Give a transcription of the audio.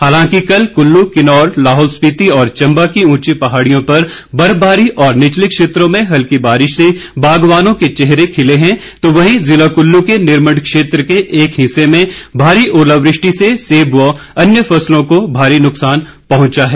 हालांकि कल कुल्लू किन्नौर लाहौल स्पीति और चंबा की उंची पहाड़ियों पर बर्फबारी और निचले क्षेत्रों में हल्की बारिश से बागवानों के चेहरे खिले हैं तो वहीं जिला कुल्लू के निरमंड क्षेत्र के एक हिस्से में भारी ओलावृष्टि से सेब व अन्य फसलों को भारी नुक्सान पहुंचा है